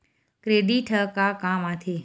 Credit ह का काम आथे?